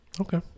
Okay